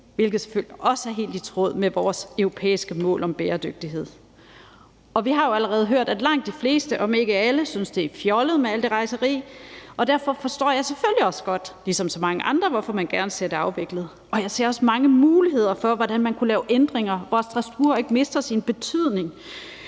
hvilket selvfølgelig også er helt i tråd med vores europæiske mål om bæredygtighed, og vi har jo allerede hørt, at langt de fleste, om ikke alle, synes, at det er fjollet med alt det rejseri. Derfor forstår jeg ligesom så mange andre selvfølgelig også godt, hvorfor man gerne ser det afviklet, og jeg ser også mange muligheder for, hvordan man kunne lave ændringer, hvor Strasbourg ikke mister sin betydning.